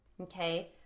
okay